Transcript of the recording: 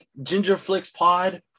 GingerFlixPod